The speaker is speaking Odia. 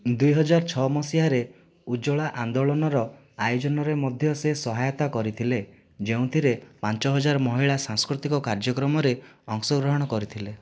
ଦୁଇ ହଜାର ଛଅ ମସିହାରେ 'ଉଜ୍ଜ୍ୱଳା ଆନ୍ଦୋଳନ'ର ଆୟୋଜନରେ ମଧ୍ୟ ସେ ସହାୟତା କରିଥିଲେ ଯେଉଁଥିରେ ପାଞ୍ଚ ହଜାର ମହିଳା ସାଂସ୍କୃତିକ କାର୍ଯ୍ୟକ୍ରମରେ ଅଂଶଗ୍ରହଣ କରିଥିଲେ